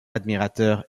admirateurs